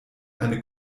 eine